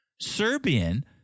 Serbian